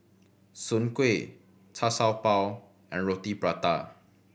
Soon Kueh Char Siew Bao and Roti Prata